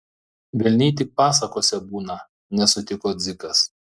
velniai tik pasakose būna nesutiko dzikas